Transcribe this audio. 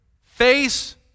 Face